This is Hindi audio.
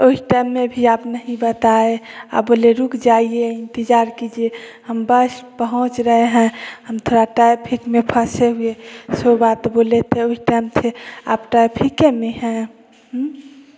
उस टाइम में भी आप नहीं बताये आप बोले रुक जाइए इंतज़ार कीजिए हम बस पहुँच रहे है हम थोड़ा ट्रैफिक में फंसे हुए सो बात बोले थे उस टाइम से आप ट्रैफिके में है हूँ